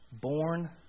Born